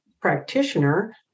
practitioner